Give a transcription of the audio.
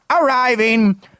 arriving